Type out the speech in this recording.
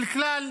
של כלל